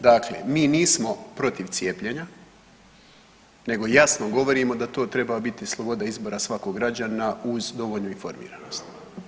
Dakle, mi nismo protiv cijepljenja, nego jasno govorimo da to treba biti sloboda izbora svakog građanina uz dovoljno informiranosti.